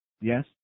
Yes